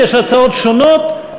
אם יש הצעות שונות,